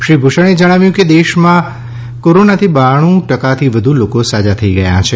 શ્રી ભૂષણે જણાવ્યું કે દેશમાં કોરોનાથી બાણુ ટકાથી વધુ લોકો સાજા થઇ ગયા છે